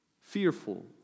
fearful